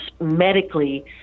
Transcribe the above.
medically